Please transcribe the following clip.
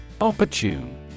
Opportune